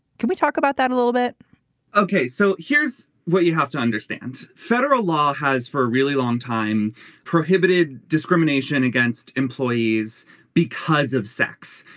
can we talk about that a little bit ok. so here's what you have to understand. federal law has for a really long time prohibited discrimination against employees because of sex.